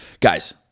guys